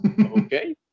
Okay